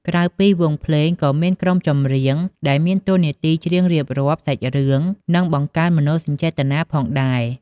ក្រៅពីវង់ភ្លេង ក៏មាន ក្រុមចម្រៀង ដែលមានតួនាទីច្រៀងរៀបរាប់សាច់រឿង និងបង្កើនមនោសញ្ចេតនាផងដែរ។